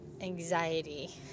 anxiety